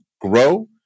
grow